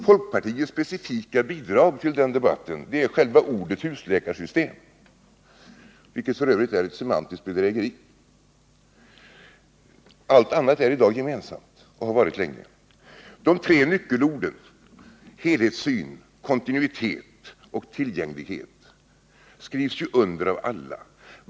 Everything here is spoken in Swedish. Folkpartiets specifika bidrag till den debatten är själva ordet ”husläkarsystem”, vilket f. ö. är ett semantiskt bedrägeri. Allt annat är i dag gemensamt och har varit det länge. De tre nyckelorden är helhetssyn, kontinuitet och tillgänglighet.